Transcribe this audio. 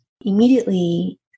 immediately